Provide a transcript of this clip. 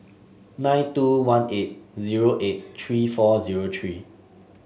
nine two one eight zero eight three four zero three